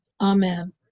Amen